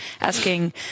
asking